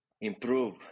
improve